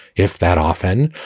if that often,